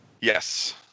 Yes